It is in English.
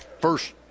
first